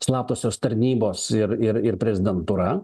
slaptosios tarnybos ir ir ir prezidentūra